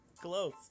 Close